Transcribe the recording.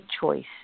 choice